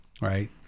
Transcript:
right